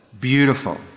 beautiful